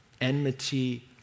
enmity